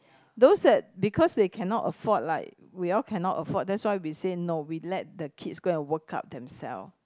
those that because they cannot afford like we all cannot afford that's why we say no we let the kids go and work up themselves